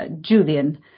Julian